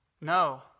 No